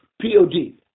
P-O-D